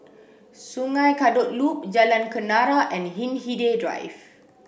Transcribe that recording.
Sungei Kadut Loop Jalan Kenarah and Hindhede Drive